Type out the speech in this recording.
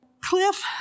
Cliff